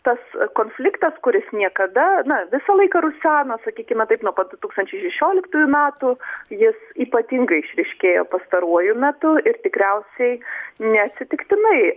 tas konfliktas kuris niekada na visą laiką ruseno sakykime taip nuo pat du tūkstančiai šešioliktųjų metų jis ypatingai išryškėjo pastaruoju metu ir tikriausiai neatsitiktinai